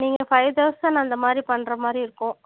நீங்கள் five thousand அந்த மாதிரி பண்ணுற மாதிரி இருக்கும்